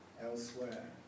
elsewhere